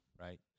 right